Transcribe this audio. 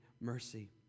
mercy